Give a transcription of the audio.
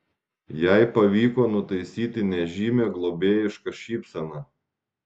jai pavyko nutaisyti nežymią globėjišką šypseną